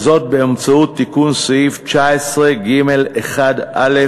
וזאת באמצעות תיקון סעיף 9(ג1א)